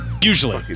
Usually